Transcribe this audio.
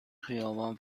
خیابان